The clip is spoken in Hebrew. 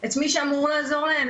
את מי שאמור לעזור להם,